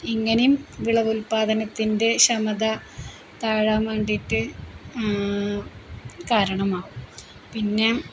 ഇങ്ങനെയും വിളവുൽപാദനത്തിൻ്റെ ക്ഷമത താഴാൻ വേണ്ടിയിട്ടു കാരണമാവും പിന്നെ